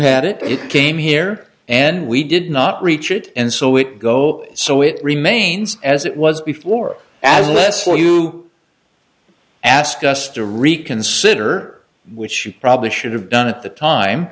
had it it came here and we did not reach it and so it go so it remains as it was before as less will you ask us to reconsider which you probably should have done at the